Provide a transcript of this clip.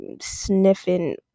sniffing